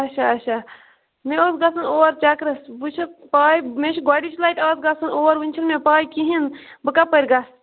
اچھا اچھا مےٚ اوس گَژھُن اور چکرَس وۄنۍ چھ پاے مےٚ چھِ گۄڈٕنچ لَٹہِ آز گَژھُن اور وۄنۍ چھنہ مےٚ پاے کِہیٖنۍ بہٕ کَپٲرۍ گَژھٕ